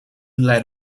let